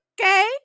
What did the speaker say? okay